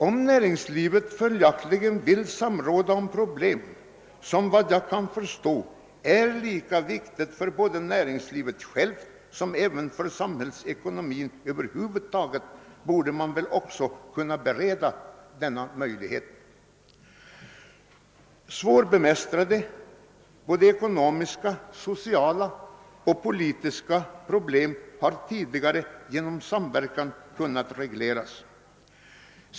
Om nä ringslivet följaktligen vill samråda om problem, vilka enligt vad jag kan förstå är lika viktiga för näringslivet självt som för samhällsekonomin över huvud taget, borde denna möjlighet också kunna beredas. Svårbemästrade ekonomiska, sociala och politiska problem har tidigare genom samverkan kunnat regleras.